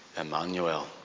Emmanuel